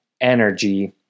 energy